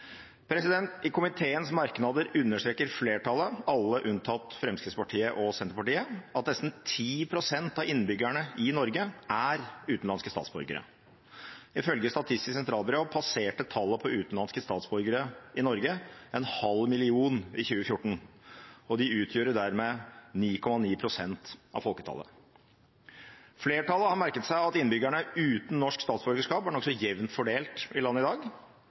I komiteens merknader understreker flertallet, alle unntatt Fremskrittspartiet og Senterpartiet, at nesten 10 pst. av innbyggerne i Norge er utenlandske statsborgere. Ifølge Statistisk sentralbyrå passerte tallet på utenlandske statsborgere i Norge en halv million i 2014, og de utgjorde dermed 9,9 pst. av folketallet. Flertallet har merket seg at innbyggerne uten norsk statsborgerskap er nokså jevnt fordelt i landet i dag,